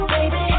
Baby